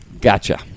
Gotcha